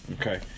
okay